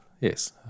Yes